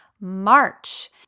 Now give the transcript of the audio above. March